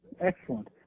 Excellent